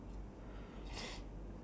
ya the